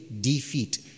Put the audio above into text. defeat